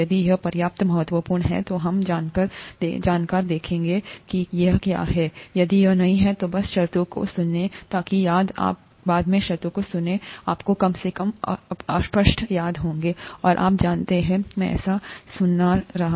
यदि यह पर्याप्त महत्वपूर्ण है तो हम जाकर देखेंगे कि यह क्या है यदि यह नहीं है तो बस शर्तों को सुनें ताकि यदि आप बाद में शर्तों को सुनते हैं तो आपको कम से कम अस्पष्ट याद होगा और आप जानते हैं मैंने ऐसा सुना है कहीं